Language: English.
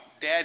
Dad